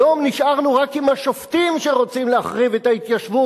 היום נשארנו רק עם השופטים שרוצים להחריב את ההתיישבות,